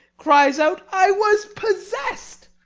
cries out i was possess'd.